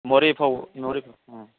ꯃꯣꯔꯦ ꯐꯥꯎ ꯎꯝ